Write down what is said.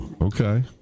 Okay